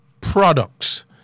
products